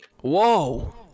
Whoa